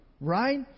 right